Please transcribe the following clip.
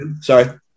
sorry